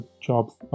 jobs